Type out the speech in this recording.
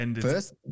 First